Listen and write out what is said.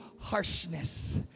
harshness